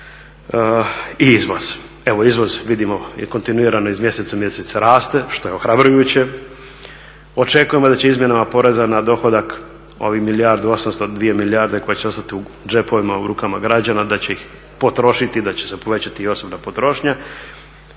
i izvoz. Evo izvoz vidimo kontinuirano iz mjeseca u mjesec raste što je ohrabrujuće. Očekujemo da će izmjenama poreza na dohodak ovih milijardu 800, 2 milijarde koje će ostati u džepovima, u rukama građana, da će ih potrošiti, da će se povećati i osobna potrošnja.